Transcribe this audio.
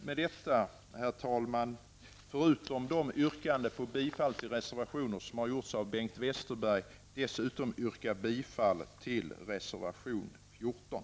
Med detta, herr talman, yrkar jag -- jag bortser då från de reservationer som Per Westerberg har yrkat bifall till -- bifall till reservation 14.